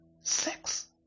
sex